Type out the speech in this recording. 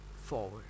forward